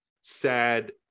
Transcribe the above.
sad